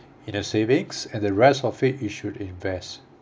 in a savings and the rest of it you should invest